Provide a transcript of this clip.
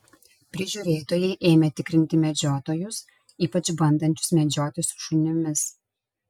prižiūrėtojai ėmė tikrinti medžiotojus ypač bandančius medžioti su šunimis